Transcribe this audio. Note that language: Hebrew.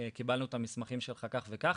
קיבלנו את המסמכים שלך כך וכך,